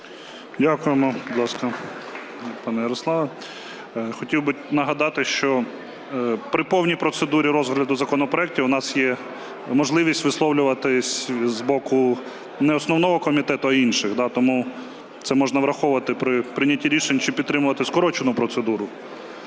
Дякуємо. Будь ласка, пане Ярославе. Хотів би нагадати, що при повній процедурі розгляду законопроектів у нас є можливість висловлюватись з боку не основного комітету, а інших. Тому це можна враховувати при прийнятті рішень, чи підтримувати скорочену процедуру.